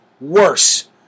worse